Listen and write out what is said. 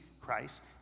Christ